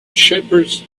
shepherds